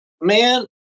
man